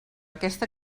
aquesta